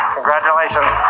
Congratulations